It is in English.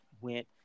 went